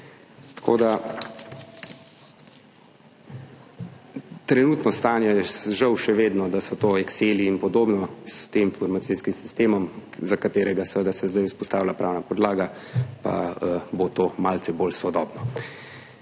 upravi. Trenutno stanje je, žal, še vedno, da so to Exceli in podobno, s tem informacijskim sistemom, za katerega se zdaj vzpostavlja pravna podlaga, pa bo to malce bolj sodobno.